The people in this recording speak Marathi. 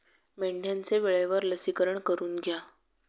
मेंढ्यांचे वेळेवर लसीकरण करून घ्या